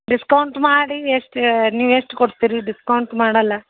discount ಮಾಡಿ ಎಷ್ಟು ನೀವು ಎಷ್ಟು ಕೊಡ್ತೀರಿ ಡಿಸ್ಕೌಂಟ್ ಮಾಡೋಲ್ಲ